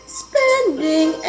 spending